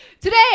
Today